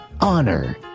honor